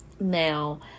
Now